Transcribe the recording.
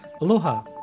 Aloha